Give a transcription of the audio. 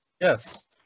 yes